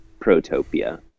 protopia